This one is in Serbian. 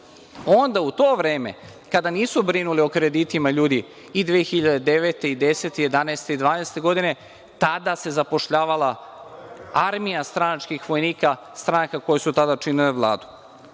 Onda u to vreme kada nisu brinuli o kreditima ljudi i 2009. i 2010. i 2011. i 2012. godine, tada se zapošljavala armija stranačkih vojnika, stranka koji su tada činile vladu. Što